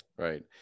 Right